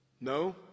No